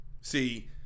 See